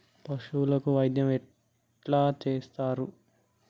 పశువులకు వైద్యం ఎట్లా చేత్తరు?